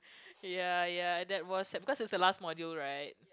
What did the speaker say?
ya ya that was sad because it's the last module right